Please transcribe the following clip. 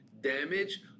damage